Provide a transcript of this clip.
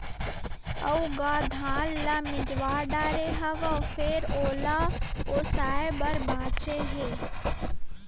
अउ गा धान ल मिजवा डारे हव फेर ओला ओसाय बर बाचे हे